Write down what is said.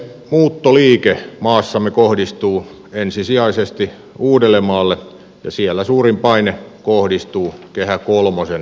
muuttoliike maassamme kohdistuu ensisijaisesti uudellemaalle ja siellä suurin paine kohdistuu kehä kolmosen sisäpuoliselle alueelle